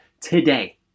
today